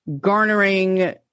garnering